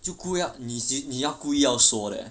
就故意要你就故意要要说 leh